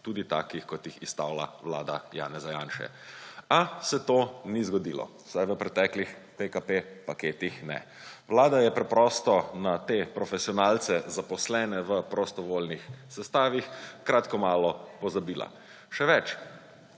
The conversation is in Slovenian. tudi takih, kot jih izstavlja vlada Janeza Janše. A se to ni zgodilo, vsaj v preteklih PKP paketih ne. Vlada je preprosto na te profesionalce, zaposlene v prostovoljnih sestavih, kratko malo pozabila. Še več,